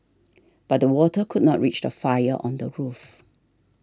but the water could not reach the fire on the roof